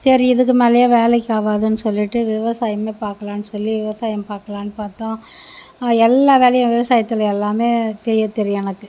சரி இதுக்கு மேலையும் வேலைக்கு ஆகாதுன்னு சொல்லிவிட்டு விவசாயமே பார்க்கலான்னு சொல்லி விவசாயம் பார்க்கலான்னு பார்த்தோம் எல்லா வேலையும் விவசாயத்தில் எல்லாமே செய்ய தெரியும் எனக்கு